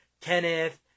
Kenneth